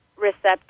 receptive